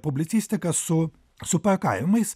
publicistika su su pajuokavimais